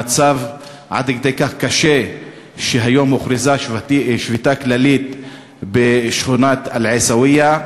המצב קשה עד כדי כך שהיום הוכרזה שביתה כללית בשכונת אל-עיסאוויה,